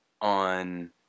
on